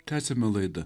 tęsiame laidą